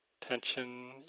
tension